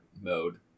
mode